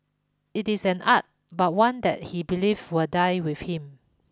it is an art but one that he believe will die with him